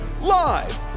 live